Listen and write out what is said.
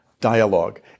dialogue